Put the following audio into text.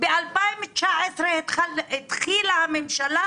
ב-2019 התחילה הממשלה,